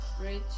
bridge